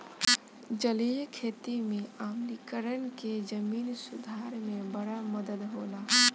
जलीय खेती में आम्लीकरण के जमीन सुधार में बड़ा मदद होला